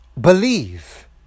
Believe